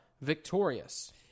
victorious